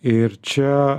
ir čia